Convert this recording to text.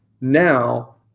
now